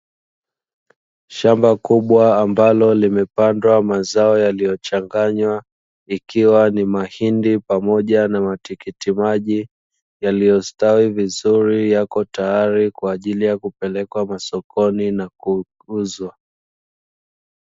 Shamba kubwa, ambalo limepandwa mazao yaliyochanganywa, ikiwa ni mahindi pamoja na matikiti maji, yaliyostawi vizuri yapo tayari, kwa ajili ya kupelekwa masokoni na kuuzwa.